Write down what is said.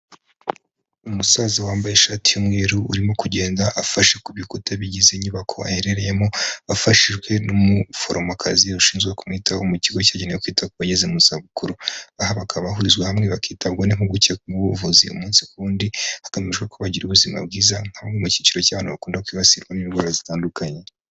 Umusaza wambaye ishati y'umweru urimo kugenda afashe ku bikuta bigize inyubako aherereyemo, afashijwe n'umuforomokazi ushinzwe kumwitaho mu kigo cyagenewe kwita ku bageze mu zabukuru. Aha bakaba bahurizwa hamwe bakitabwa n'impuguke mu buvuzi umunsi ku wundi hagamijwe ko bagira ubuzima bwiza nko mu cyiciro cy'abantu bakunda kwibasirwa n'indwara zitandukanye.